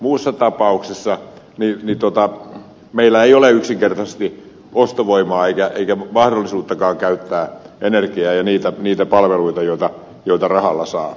muussa tapauksessa meillä ei ole yksinkertaisesti ostovoimaa eikä mahdollisuuttakaan käyttää energiaa ja niitä palveluita joita rahalla saa